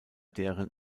deren